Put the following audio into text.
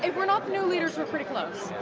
and we're not the new leaders, we're pretty close.